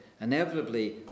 inevitably